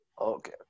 Okay